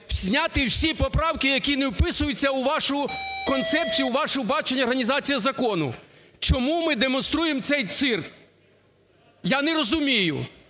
зняти всі поправки, які не вписуються у вашу концепцію, у ваше бачення організації закону. Чому ми демонструємо цей цирк, я не розумію?